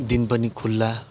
दिन पनि खुल्ला